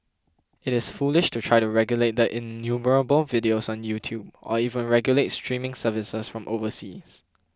it is foolish to try to regulate the innumerable videos on YouTube or even regulate streaming services from overseas